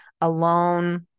alone